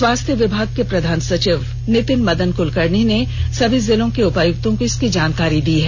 स्वास्थ्य विभाग के प्रधान सचिव नितिन मदन क्लकर्णी ने सभी जिलों के उपायुक्तों को इसकी जानकारी दी है